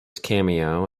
cameo